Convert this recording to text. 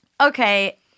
Okay